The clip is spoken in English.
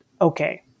okay